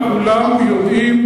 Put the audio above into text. גם אל-אקצא כולם יודעים.